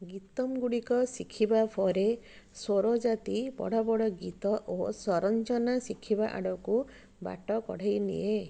ଗୀତମ୍ ଗୁଡ଼ିକ ଶିଖିବା ପରେ ସ୍ୱରଜାତି ବଡ଼ ବଡ଼ ଗୀତ ଓ ସଂରଚନା ଶିଖିବା ଆଡ଼କୁ ବାଟ କଢ଼ାଇ ନିଏ